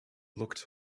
looked